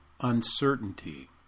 uncertainty